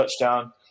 touchdown